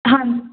ਹਾਂ